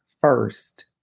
first